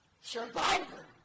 Survivor